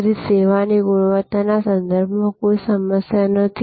તેથી સેવાની ગુણવત્તાના સંદર્ભમાં કોઈ સમસ્યા નથી